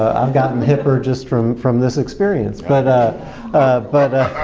i've gotten hipper just from from this experience. but ah but